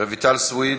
רויטל סויד,